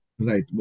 Right